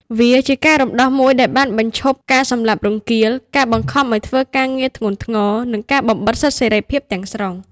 វាជាការរំដោះមួយដែលបានបញ្ឈប់ការសម្លាប់រង្គាល ការបង្ខំឱ្យធ្វើការងារធ្ងន់ធ្ងរ និងការបំបិទសិទ្ធិសេរីភាពទាំងស្រុង។